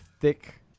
thick